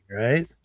right